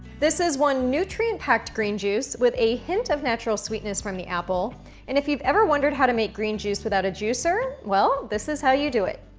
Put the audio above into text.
this is one nutrient packed green juice with a hint of natural sweetness from the apple. and if you've ever wondered how to make green juice without a juicer, well this is how you do it.